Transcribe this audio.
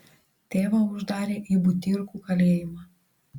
tėvą uždarė į butyrkų kalėjimą